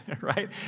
right